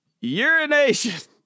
Urination